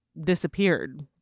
disappeared